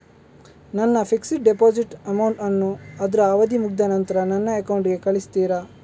ನನ್ನ fixed deposit amount ಅನ್ನು ಅದ್ರ ಅವಧಿ ಮುಗ್ದ ನಂತ್ರ ನನ್ನ ಅಕೌಂಟ್ ಗೆ ಕಳಿಸ್ತೀರಾ?